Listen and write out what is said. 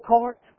cart